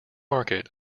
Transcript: market